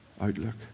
outlook